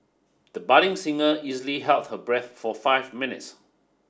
the budding singer easily held her breath for five minutes